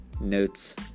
notes